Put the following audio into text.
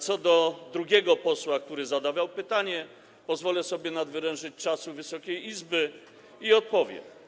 Co do drugiego posła, który zadawał pytanie, pozwolę sobie nadwyrężyć czas Wysokiej Izby i odpowiem.